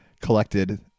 collected